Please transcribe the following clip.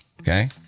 Okay